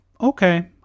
okay